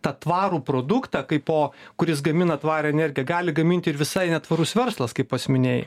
tą tvarų produktą kaipo kuris gamina tvarią energiją gali gaminti ir visai netvarus verslas kaip pats minėjai